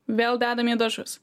vėl dedam į dažus